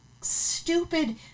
stupid